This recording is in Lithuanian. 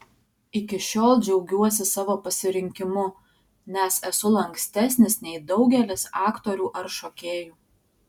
iki šiol džiaugiuosi savo pasirinkimu nes esu lankstesnis nei daugelis aktorių ar šokėjų